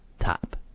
Top